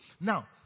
now